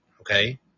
Okay